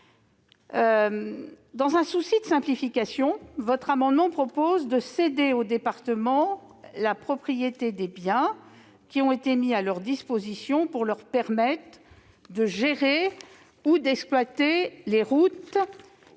Dans un souci de simplification, cet amendement tend à céder aux départements la propriété des biens mis à leur disposition pour leur permettre de gérer ou d'exploiter les routes